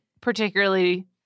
particularly